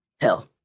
Hell